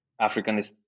Africanist